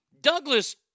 Douglas